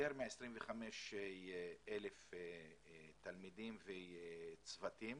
יותר מ-25,000 תלמידים וצוותים.